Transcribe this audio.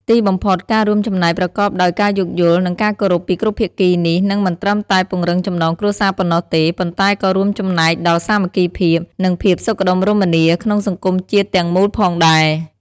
ទីបំផុត ការរួមចំណែកប្រកបដោយការយោគយល់ និងការគោរពពីគ្រប់ភាគីនេះ នឹងមិនត្រឹមតែពង្រឹងចំណងគ្រួសារប៉ុណ្ណោះទេ ប៉ុន្តែក៏រួមចំណែកដល់ សាមគ្គីភាព និងភាពសុខដុមរមនា ក្នុងសង្គមជាតិទាំងមូលផងដែរ។